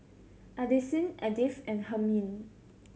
Addisyn Edyth and Hermine